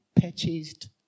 purchased